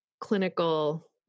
clinical